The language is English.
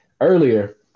earlier